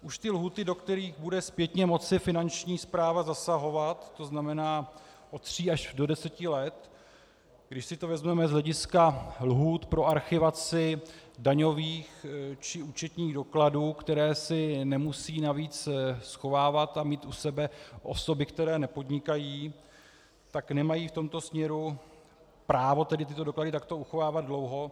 Už ty lhůty, do kterých bude zpětně moci Finanční správa zasahovat, to znamená od tří až do deseti let, když si to vezmeme z hlediska lhůt pro archivaci daňových či účetních dokladů, které si nemusí navíc schovávat a mít u sebe osoby, které nepodnikají, tak nemají v tomto směru právo tyto doklady takto uchovávat dlouho.